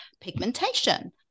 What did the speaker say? pigmentation